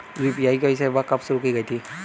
UPI सेवा कब शुरू की गई थी?